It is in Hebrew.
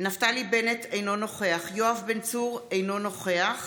נפתלי בנט, אינו נוכח יואב בן צור, אינו נוכח